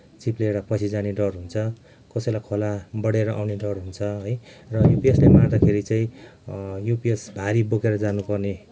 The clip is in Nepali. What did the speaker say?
चिप्लिएर पसिजाने डर हुन्छ कसैलाई खोला बढेर आउने डर हुन्छ है र युपिएसले मार्दाखेरि चाहिँ युपिएस भारी बोकेर जानुपर्ने